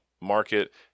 market